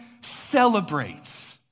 celebrates